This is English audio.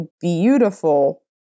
beautiful